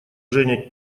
женя